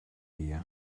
via